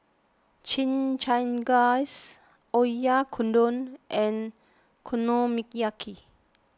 Chimichangas Oyakodon and Okonomiyaki